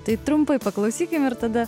tai trumpai paklausykim ir tada